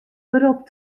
berop